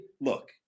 look